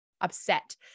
upset